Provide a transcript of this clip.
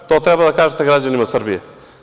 To treba da kažete građanima Srbije.